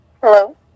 Hello